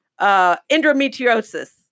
Endometriosis